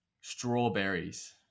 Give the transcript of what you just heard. Strawberries